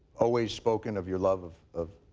always spoken of your love of of